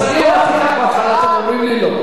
אמרתי כך בהתחלה ואתם אומרים לי לא.